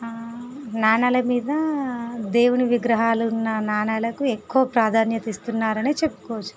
నాణ్యాల మీద దేవుని విగ్రహాలు ఉన్న నాణ్యాలకు ఎక్కువ ప్రాధాన్యత ఇస్తున్నారు అని చెప్పుకోవచ్చు